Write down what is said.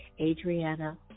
Adriana